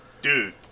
Dude